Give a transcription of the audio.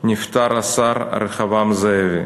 נפטר השר רחבעם זאבי".